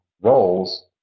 roles